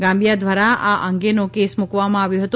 Gambia દ્વારા આ અંગેનો કેસ મૂકવામાં આવ્યો હતો